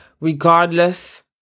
regardless